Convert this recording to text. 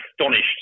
astonished